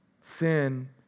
Sin